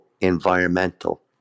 environmental